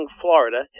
Florida